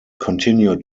continued